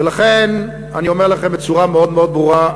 ולכן אני אומר לכם בצורה מאוד מאוד ברורה: